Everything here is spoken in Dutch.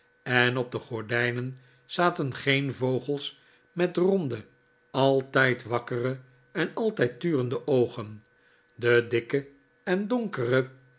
en op de gordijnen zaten geen vogels met ronde altijd wakkere en altijd turende oogen de dikke en donkere